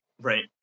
Right